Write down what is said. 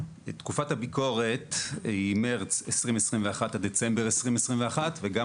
תקופת הביקורת היא מרץ 2021 עד דצמבר 2021 וגם